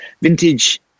vintage